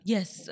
Yes